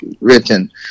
written